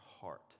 heart